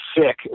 sick